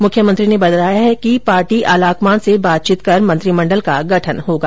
मृख्यमंत्री ने बताया है कि पार्टी आलाकमान से बातचीत कर मंत्रिमंडल का गठन होगा